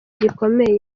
gikomeye